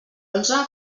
onze